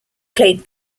played